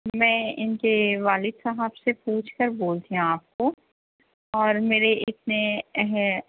میں ان کے والد صاحب سے پوچھ کر بولتی ہوں آپ کو اور میرے اتنے